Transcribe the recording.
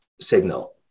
signal